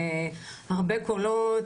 הרבה קולות,